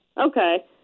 okay